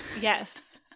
Yes